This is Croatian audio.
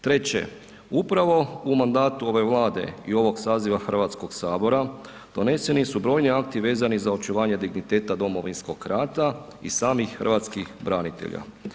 Treće, upravo u mandatu ove Vlade i ovog saziva Hrvatskog sabora doneseni su brojni akti vezani za očuvanje digniteta Domovinskog rata i samih hrvatskih branitelja.